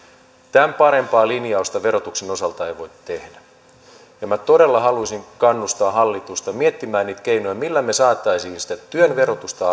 tämän parempaa linjausta verotuksen osalta ei voi tehdä minä todella haluaisin kannustaa hallitusta miettimään niitä keinoja millä me saisimme saisimme sitä työn verotusta